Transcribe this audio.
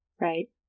Right